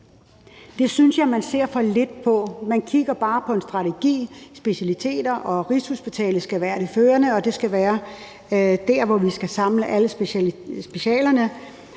Det synes jeg man ser for lidt på, for man kigger bare på en strategi, specialer, og Rigshospitalet skal være det førende, og det skal være der, hvor vi skal samle alle specialerne,